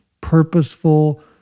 purposeful